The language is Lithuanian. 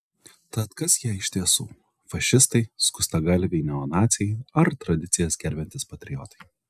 tad kas jie iš tiesų fašistai skustagalviai neonaciai ar tradicijas gerbiantys patriotai